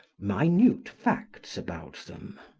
minute facts about them.